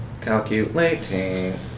Calculating